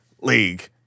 League